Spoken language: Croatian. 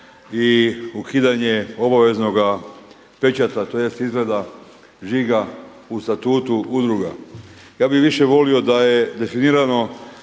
i ukidanje obaveznoga pečata, tj. izrada žiga u Statutu udruga. Ja bih više volio da je definirano